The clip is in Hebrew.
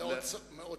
מאוד צורם.